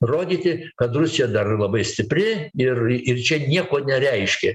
rodyti kad rusija dar labai stipri ir ir čia nieko nereiškia